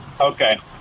Okay